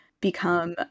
become